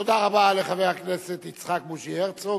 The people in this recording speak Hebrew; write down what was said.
תודה רבה לחבר הכנסת יצחק בוז'י הרצוג.